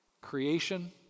Creation